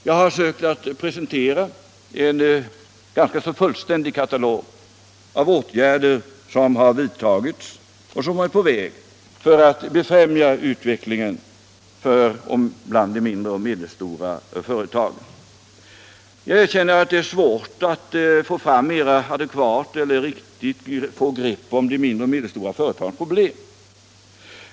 Jag har försökt att presentera en ganska fullständig katalog över åtgärder som har vidtagits och som är på väg att vidtas för att främja utvecklingen bland mindre och medelstora företag. Jag erkänner att det är svårt att få ett riktigt grepp om de mindre och medelstora företagens problem.